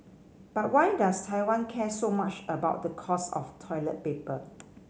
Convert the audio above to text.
but why does Taiwan care so much about the cost of toilet paper